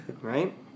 Right